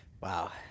Wow